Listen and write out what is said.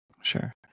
sure